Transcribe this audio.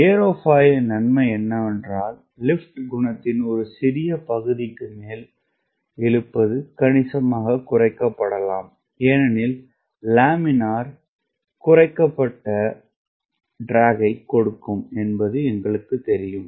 ஏரோஃபாயிலின் நன்மை என்னவென்றால் லிப்ட் குணகத்தின் ஒரு சிறிய பகுதிக்கு மேல் இழுப்பது கணிசமாகக் குறைக்கப்படலாம் ஏனெனில் லேமினார் குறைக்கப்பட்ட இழுவைக் கொடுக்கும் என்பது எங்களுக்குத் தெரியும்